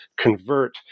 convert